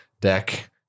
deck